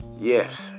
Yes